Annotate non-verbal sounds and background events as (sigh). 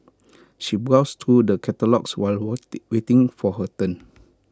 she browsed through the catalogues while (unintelligible) waiting for her turn